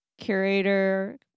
curator